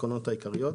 התקנות העיקריות),